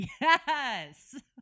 Yes